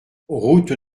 route